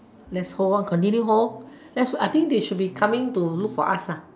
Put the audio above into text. let's hold continue hold let's I think they should be coming to look for us ah